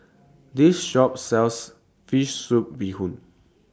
This Shop sells Fish Soup Bee Hoon